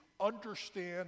understand